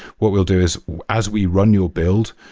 what we'll do is as we run your build,